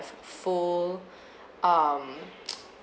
f~ full um